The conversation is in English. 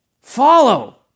follow